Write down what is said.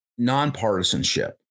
nonpartisanship